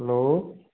hello